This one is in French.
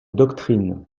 doctrine